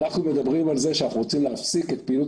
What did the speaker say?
אנחנו מדברים על זה שאנחנו רוצים להפסיק את פעילות